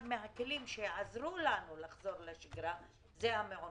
מהכלים שיעזרו לנו לחזור לשגרה זה המעונות.